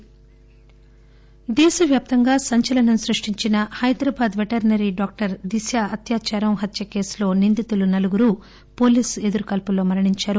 దిశ దేశవ్వాప్తంగా సంచలనం సృష్షించిన హైదరాబాద్ పెటర్చరీ డాక్టర్ దిశ అత్యాచారం హత్య కేసులో నిందితులు నలుగురు పోలీసు ఎదురుకాల్పుల్లో మరణించారు